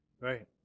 Right